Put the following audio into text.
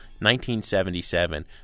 1977